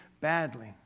badly